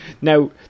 Now